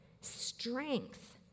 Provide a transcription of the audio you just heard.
strength